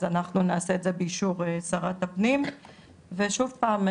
אז אנחנו נעשה את זה באישור שרת הפנים ושוב פעם,